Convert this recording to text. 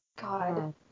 God